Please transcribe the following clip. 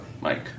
Mike